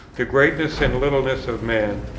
the greatness and littleness of man,